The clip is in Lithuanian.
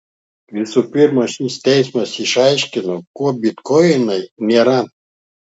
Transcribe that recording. visų pirma šis teismas išaiškino kuo bitkoinai nėra